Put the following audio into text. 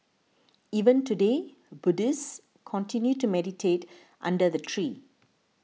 even today Buddhists continue to meditate under the tree